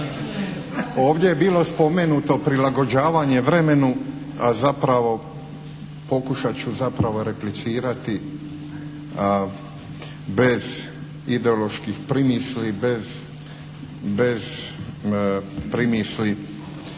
Ovdje je bilo spomenuto prilagođavanje vremena, a zapravo pokušat ću zapravo replicirati bez ideoloških primisli, bez primisli